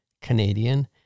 Canadian